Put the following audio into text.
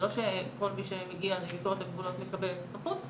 זה לא שכל מי שמגיע לביקורת הגבולות מקבל סמכות,